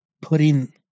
putting